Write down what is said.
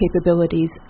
capabilities